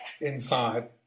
inside